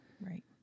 Right